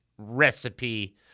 recipe